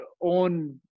own